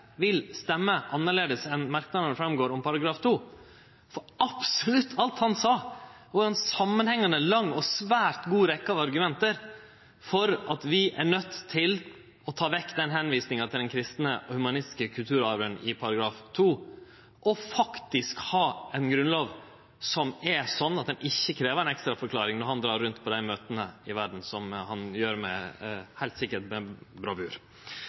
vil stemme annleis enn det går fram av merknadene til § 2, for absolutt alt representanten Raja sa, var ei samanhengjande lang og svært god rekkje av argument for at vi er nøydde til å ta vekk tilvisinga til den kristne og humanistiske kulturarven i § 2 og faktisk ha ei grunnlov som er slik at ho ikkje krev ei ekstraforklaring når han dreg rundt i verda på møte, og som han heilt sikkert gjer med